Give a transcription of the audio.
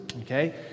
okay